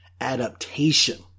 adaptation